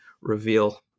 reveal